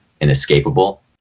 inescapable